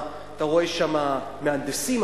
אתה רואה שם מהנדסים,